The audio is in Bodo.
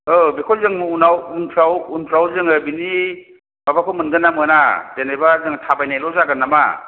ओ बेखौ जोङो उनाव उनफोराव जोङो बिनि माबाखौ मोनगोन ना मोना जेनेबा जोङो थाबायनायल' जागोन नामा